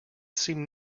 seemed